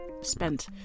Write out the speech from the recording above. spent